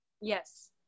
Yes